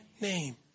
name